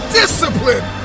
discipline